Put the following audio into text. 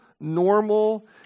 normal